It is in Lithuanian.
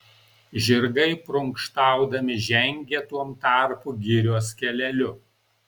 žirgai prunkštaudami žengė tuom tarpu girios keleliu